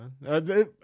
man